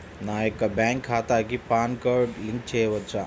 నా యొక్క బ్యాంక్ ఖాతాకి పాన్ కార్డ్ లింక్ చేయవచ్చా?